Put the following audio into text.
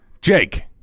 Jake